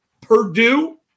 Purdue